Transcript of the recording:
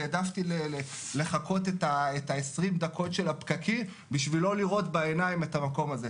והעדפתי לחכות את 20 הדקות של הפקקים בשביל לראות בעיניים את המקום הזה.